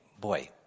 boy